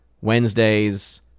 Wednesday's